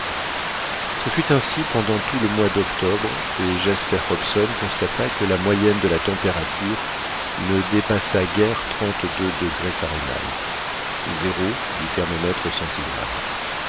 ce fut ainsi pendant tout le mois d'octobre et jasper hobson constata que la moyenne de la température ne dépassa guère trentedeux degrés fahrenheit